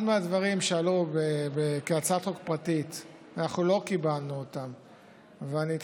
אחד מהדברים שעלו כהצעת חוק פרטית ואנחנו לא קיבלנו אותם,